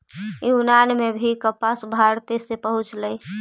यूनान में भी कपास भारते से ही पहुँचलई